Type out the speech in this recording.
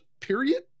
period